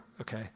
okay